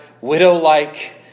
widow-like